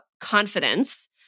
confidence